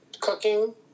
cooking